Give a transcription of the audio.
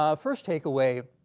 um first takeaway